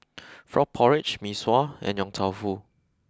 frog porridge Mee Sua and Yong Tau Foo